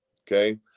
okay